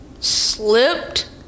Slipped